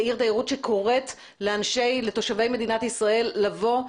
כעיר תיירות שקוראת לתושבי מדינת ישראל לבוא,